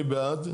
אני בעד,